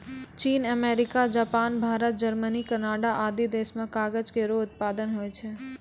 चीन, America, Japan, Bharat, Germany, Canada आदि देस म कागज केरो उत्पादन होय छै